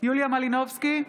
יוליה מלינובסקי,